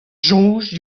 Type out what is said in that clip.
soñj